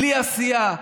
בלי עשייה,